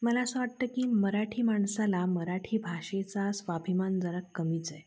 मला असं वाटतं की मराठी माणसाला मराठी भाषेचा स्वाभिमान जरा कमीच आहे